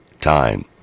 time